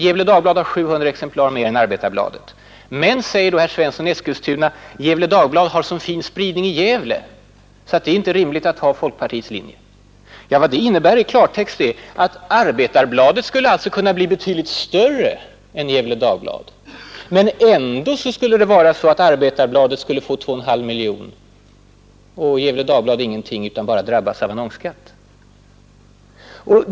Gefle Dagblad ges ut i 700 fler exemplar än Arbetarbladet. Men, säger herr Svensson i Eskilstuna, Gefle Dagblad har så fin spridning i Gävle, så det är inte rimligt följa vår linje. Det innebär i klartext att Arbetarbladet skulle kunna bli betydligt större än Gefle Dagblad och ändå få 2,5 miljoner kronor, medan Gefle Dagblad inte skulle få någonting utan bara drabbas av annonsskatt.